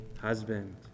husband